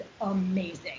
amazing